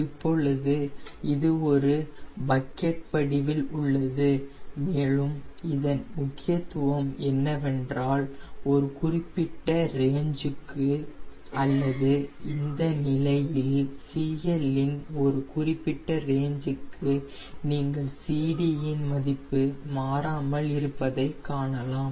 இப்பொழுது இது ஒரு பக்கெட் வடிவில் உள்ளது மேலும் இதன் முக்கியத்துவம் என்னவென்றால் ஒரு குறிப்பிட்ட ரேஞ்சுக்கு அல்லது இந்த நிலையில் CL இன் ஒரு குறிப்பிட்ட ரேஞ்சுக்கு நீங்கள் CD இன் மதிப்பு மாறாமல் இருப்பதை காணலாம்